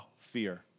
fear